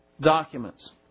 documents